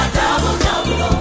double-double